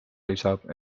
lisab